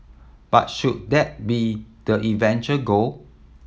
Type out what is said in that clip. but should that be the eventual goal